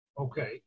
Okay